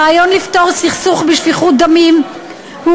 הרעיון לפתור סכסוך בשפיכות דמים הוא